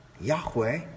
Yahweh